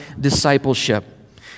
discipleship